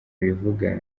bivuga